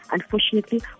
Unfortunately